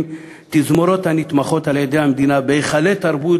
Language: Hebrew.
תזמורות הנתמכות על-ידי המדינה בהיכלי תרבות,